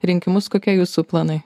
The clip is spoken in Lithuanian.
rinkimus kokie jūsų planai